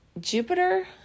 Jupiter